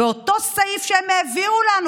באותו סעיף שהם העבירו לנו,